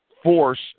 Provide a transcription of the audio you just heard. Force